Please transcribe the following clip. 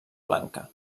blanca